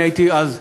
אני הייתי אז,